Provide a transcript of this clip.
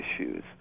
issues